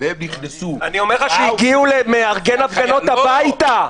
אני אומר לך שהגיעו למארגן הפגנות הביתה.